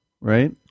right